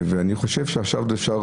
אני חושב שעכשיו אפשר